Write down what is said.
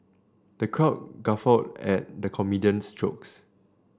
the crowd guffawed at the comedian's jokes